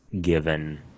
given